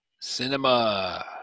cinema